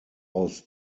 aus